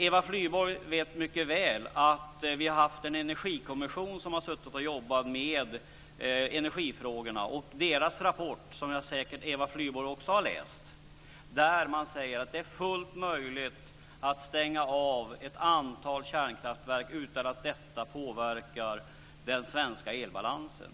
Eva Flyborg vet mycket väl att vi har haft en energikommission som har jobbat med energifrågorna. Den säger i sin rapport, som säkert Eva Flyborg också har läst, att det är fullt möjligt att stänga av ett antal kärnkraftverk utan att detta påverkar den svenska elbalansen.